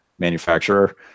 manufacturer